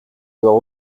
dois